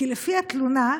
כי לפי התלונה,